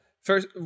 First